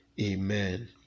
Amen